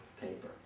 paper